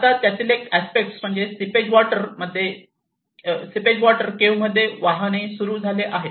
आता त्यातील एक अस्पेक्ट म्हणजे सीपेज वॉटर केव्ह मध्ये वाहने सुरू झाले आहे